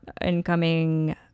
incoming